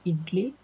idli